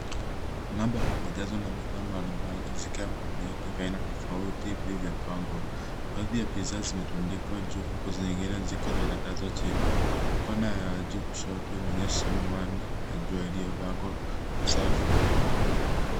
Mnada umejazwa na bidhaa mbalimbali zikiwemo viatu aina tofauti vilivyopangwa. Baadhi ya bidhaa zimetundikwa juu huku zinginenzikiwa zimetandazwa chini. Corner ya juu kushoto inaonyesha miwani ya jua iliyopangwa kwa safu.